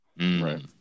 Right